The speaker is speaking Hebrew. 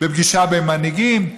בפגישה בין מנהיגים,